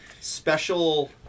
special